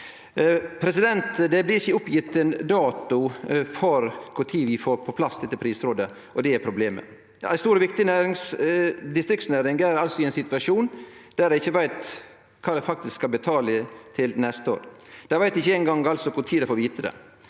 Det blir ikkje oppgjeve ein dato for kva tid vi får på plass dette prisrådet, og det er problemet. Ei stor og viktig distriktsnæring er altså i ein situasjon der dei ikkje veit kva dei faktisk skal betale til neste år. Dei veit ikkje eingong kva tid dei får vite det.